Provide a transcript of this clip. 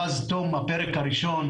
פריך.